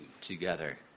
together